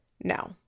No